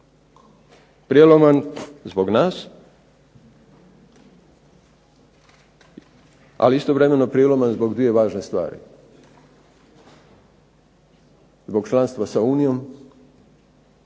Prijeloman zbog nas, ali istovremeno prijeloman zbog dvije važne stvari, zbog članstva s Unijom